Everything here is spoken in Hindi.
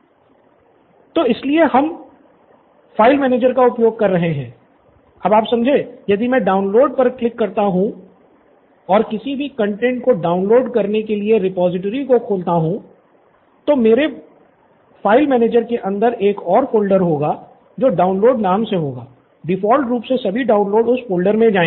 स्टूडेंट सिद्धार्थ तो इसलिए ही हम फ़ाइल मैनेजर का उपयोग कर रहे हैं यदि मैं डाउनलोड पर क्लिक करता हूं और किसी भी कंटैंट को डाउनलोड करने के लिए रिपॉजिटरी को खोलता हूं तो मेरे फाइल मैनेजर के अंदर एक और फ़ोल्डर होगा जो डाउनलोड नाम से होगा डिफ़ॉल्ट रूप से सभी डाउनलोड उस फ़ोल्डर में जाएंगे